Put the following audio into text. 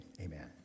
amen